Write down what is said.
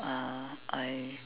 uh I